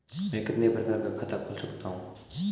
मैं कितने प्रकार का खाता खोल सकता हूँ?